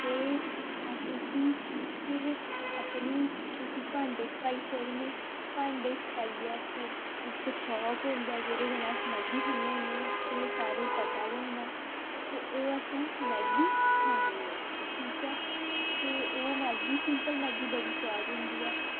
ते अस उसी पिर अपनी किसी भांडे च पाई सकनें भांडे च पाइयै फिर इक फाक होंदा जेह्दे कन्नै अस मैगी खन्ने होन्ने तुसें सारें गी पता गै होना ते ओह् असें मैगी खानी ऐ ठीक ऐ ते ओह् मैगी सिंपल मैगी बड़ी सोआदा होंदी ऐ